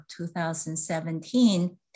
2017